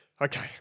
Okay